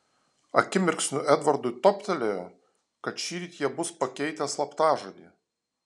akimirksniu edvardui toptelėjo kad šįryt jie bus pakeitę slaptažodį